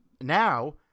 Now